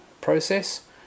process